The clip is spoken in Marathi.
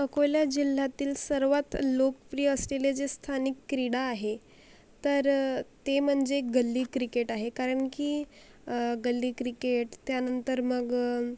अकोला जिल्ह्यातील सर्वात लोकप्रिय असलेले जे स्थानिक क्रीडा आहे तर ते म्हणजे गल्ली क्रिकेट आहे कारण की गल्ली क्रिकेट त्यानंतर मग